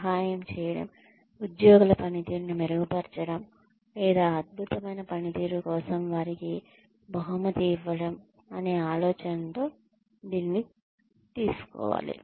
సహాయం చేయడం ఉద్యోగుల పనితీరును మెరుగుపరచడం లేదా అద్భుతమైన పనితీరు కోసం వారికి బహుమతి ఇవ్వడం అనే ఆలోచనతో దీనిని తీసుకోవాలి